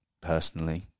personally